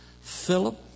Philip